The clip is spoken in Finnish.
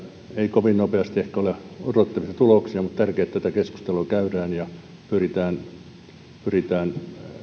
ei ehkä kovin nopeasti ole odotettavissa tuloksia mutta on tärkeää että tätä keskustelua käydään ja pyritään ratkaisuja